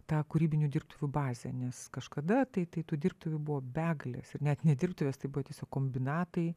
tą kūrybinių dirbtuvių bazę nes kažkada tai tai tų dirbtuvių buvo begalės ir net ne dirbtuvės tai buvo tiesiog kombinatai